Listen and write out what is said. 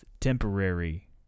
Temporary